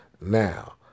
Now